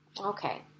Okay